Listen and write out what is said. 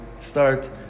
start